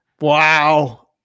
Wow